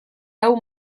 hau